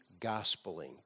gospeling